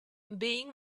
being